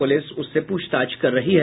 police उससे पूछताछ कर रही है